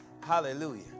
Hallelujah